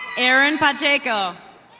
erin batayko.